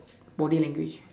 body language